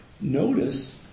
notice